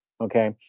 Okay